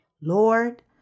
Lord